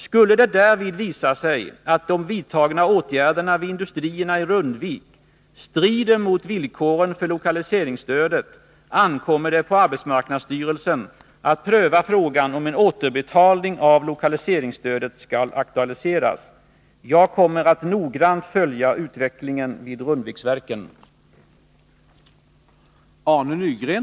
Skulle det därvid visa sig att de vid industrierna i Rundvik vidtagna åtgärderna strider mot villkoren för lokaliseringsstödet ankommer det på arbetsmarknadsstyrelsen att pröva frågan om en återbetalning av lokaliseringsstödet skall aktualiseras. Jag kommer att noggrant följa utvecklingen vid Rundviksverken.